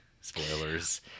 Spoilers